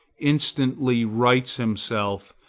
instantly rights himself,